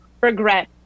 regret